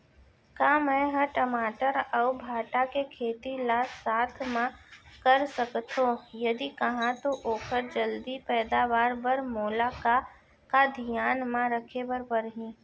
का मै ह टमाटर अऊ भांटा के खेती ला साथ मा कर सकथो, यदि कहाँ तो ओखर जलदी पैदावार बर मोला का का धियान मा रखे बर परही?